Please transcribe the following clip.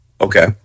okay